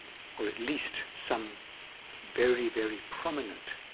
or at least some very, very prominent,